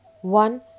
one